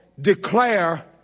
declare